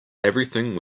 everything